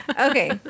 Okay